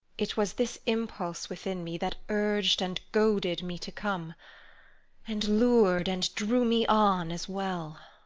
it was this impulse within me that urged and goaded me to come and lured and drew me on, as well.